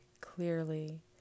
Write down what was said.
clearly